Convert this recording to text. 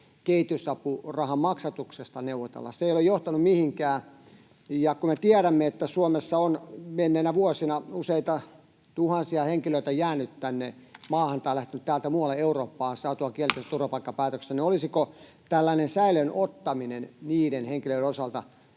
kehitysapurahan maksamisesta neuvotella. Se ei ole johtanut mihinkään. Kun me tiedämme, että Suomessa on menneinä vuosina useita tuhansia henkilöitä jäänyt maahan tai lähtenyt täältä muualle Eurooppaan saatuaan kielteisen turvapaikkapäätöksen, niin olisiko tällainen säilöön ottaminen niiden henkilöiden osalta